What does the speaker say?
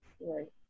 Right